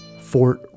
Fort